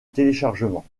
téléchargement